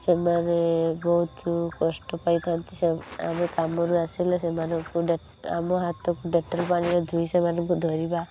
ସେମାନେ ବହୁତ କଷ୍ଟ ପାଇଥାନ୍ତି ସେ ଆମେ କାମରୁ ଆସିଲେ ସେମାନଙ୍କୁ ଆମ ହାତକୁ ଡେଟଲ୍ ପାଣିରେ ଧୋଇ ସେମାନଙ୍କୁ ଧରିବା